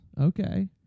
Okay